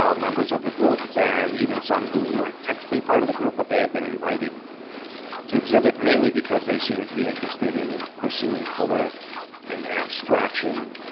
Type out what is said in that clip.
um members of the group, and even some who weren't technically part of the group. but they had been invited to exhibit, mainly because they seemed to be interested in pursuing color and abstraction.